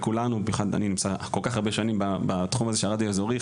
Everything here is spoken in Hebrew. ובמיוחד אני כל כך הרבה שנים בתחום הזה של הרדיו האזורי,